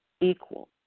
equal